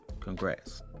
Congrats